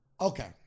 Okay